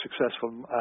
successful